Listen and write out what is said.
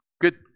Good